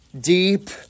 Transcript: Deep